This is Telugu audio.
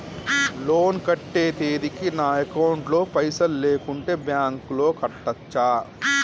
లోన్ కట్టే తేదీకి నా అకౌంట్ లో పైసలు లేకుంటే బ్యాంకులో కట్టచ్చా?